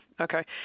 okay